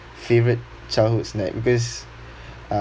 favourite childhood snack because uh